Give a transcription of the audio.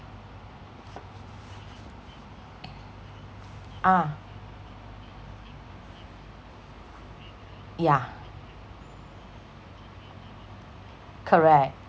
ah yeah correct